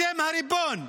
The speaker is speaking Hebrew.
אתם הריבון,